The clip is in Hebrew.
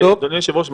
אדוני היושב-ראש,